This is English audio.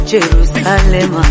Jerusalem